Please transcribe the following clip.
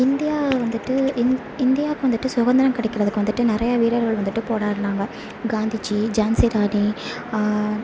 இந்தியாவில் வந்துவிட்டு இந் இந்தியாவுக்கு வந்துவிட்டு சுதந்திரம் கிடைக்கிறதுக்கு வந்துவிட்டு நிறையா வீரர்கள் வந்துவிட்டு போராடுனாங்க காந்திஜி ஜான்சி ராணி